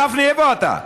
גפני, איפה אתה?